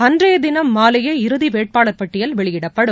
அன்றைய தினம் மாலையே இறுதி வேட்பாளர் பட்டியல் வெளியிடப்படும்